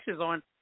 on